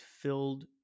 filled